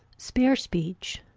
spare speech.